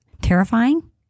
terrifying